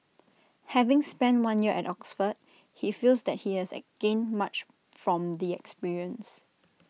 having spent one year at Oxford he feels that he has gained much from the experience